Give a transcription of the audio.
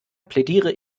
plädiere